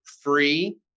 free